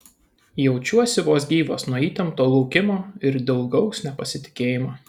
jaučiausi vos gyvas nuo įtempto laukimo ir dilgaus nepasitikėjimo